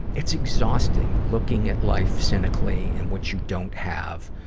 it's exhausting, looking at life cynically and what you don't have.